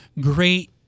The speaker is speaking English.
great